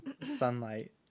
Sunlight